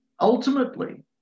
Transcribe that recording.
Ultimately